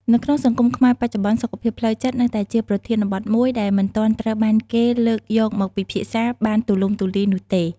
នៅក្នុងសង្គមខ្មែរបច្ចុប្បន្ន សុខភាពផ្លូវចិត្តនៅតែជាប្រធានបទមួយដែលមិនទាន់ត្រូវបានគេលើកយកមកពិភាក្សាបានទូលំទូលាយនោះទេ។